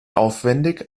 aufwendig